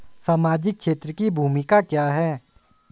सामाजिक क्षेत्र की भूमिका क्या है?